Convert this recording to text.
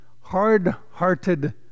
Hard-hearted